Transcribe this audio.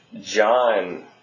John